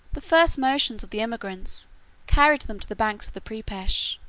the first motions of the emigrants carried them to the banks of the prypec,